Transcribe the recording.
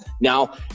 Now